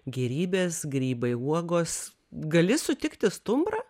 gėrybės grybai uogos gali sutikti stumbrą